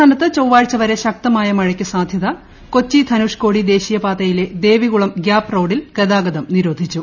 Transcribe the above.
സംസ്ഥാനത്ത് ചൊവ്വാഴ്ചൂ വരെ ശക്തമായ മഴയ്ക്ക് സാധൃത കൊച്ചി പ്രധ്നുഷ്കോടി ദേശീയപാതയിലെ ദേവികുളം ഗ്യാപ്പ് റ്റോസിൽ ഗതാഗതം നിരോധിച്ചു